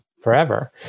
forever